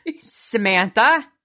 Samantha